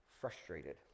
frustrated